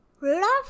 Rudolph